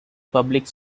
public